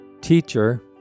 Teacher